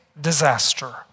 disaster